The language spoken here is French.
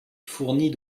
fournit